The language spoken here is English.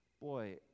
boy